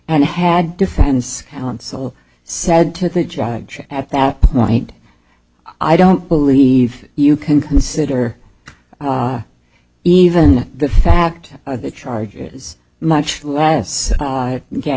and had defense counsel said to the judge at that point i don't believe you can consider even the fact of the charges much less